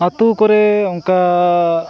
ᱟᱛᱳ ᱠᱚᱨᱮ ᱚᱱᱠᱟ